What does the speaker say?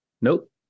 Nope